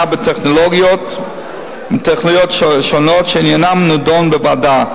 בטכנולוגיות מטכנולוגיות שונות שעניינן נדון בוועדה.